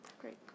Great